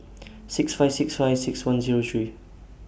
six five six five six one Zero three